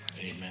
Amen